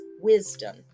wisdom